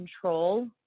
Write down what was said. control